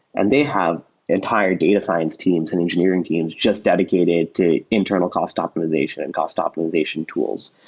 and they have entire data science teams and engineering teams just dedicated to internal cost optimization and cost optimization tools.